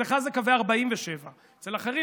לא 1947. אצלך זה קווי 1947,